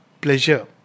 pleasure